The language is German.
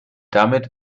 damit